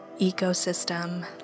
ecosystem